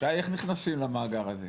שי, איך נכנסים למאגר הזה?